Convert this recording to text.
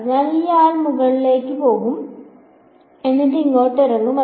അതിനാൽ ഈ ആൾ മുകളിലേക്ക് പോകും എന്നിട്ട് ഇങ്ങോട്ട് ഇറങ്ങും